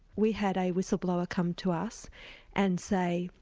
we had a whistle-blower come to us and say,